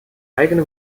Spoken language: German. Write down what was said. eigene